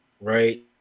right